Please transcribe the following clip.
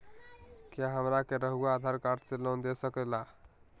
क्या हमरा के रहुआ आधार कार्ड से लोन दे सकेला?